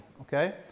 Okay